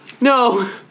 No